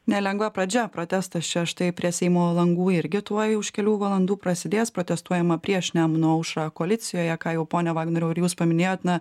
nelengva pradžia protestas čia įtai prie seimo langų irgi tuoj už kelių valandų prasidės protestuojama prieš nemuno aušrą koalicijoje ką jau pone vagnoriau ir jūs paminėjot na